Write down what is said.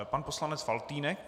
Pan poslanec Faltýnek.